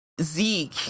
zeke